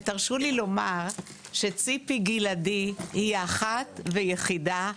ותרשו לי לומר שציפי גלעדי היא אחת ויחידה,